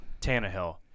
Tannehill